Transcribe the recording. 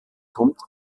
kommt